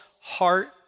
heart